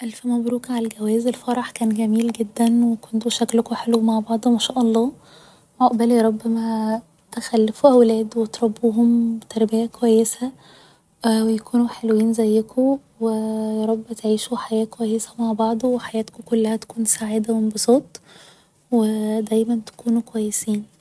الف مبروك على الجواز الفرح كان جميل جدا و كنتو شكلكو حلو مع بعض ما شاء الله عقبال يارب ما تخلفوا اولاد و تربوهم تربية كويسة و يكونوا حلوين زيكو و يارب تعيشوا حياة كويسة مع بعض و حياتكو كلها تكون سعادة و انبساط و دايما تكونوا كويسين